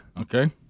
Okay